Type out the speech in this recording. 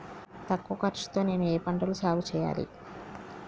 తక్కువ ఖర్చు తో నేను ఏ ఏ పంటలు సాగుచేయాలి?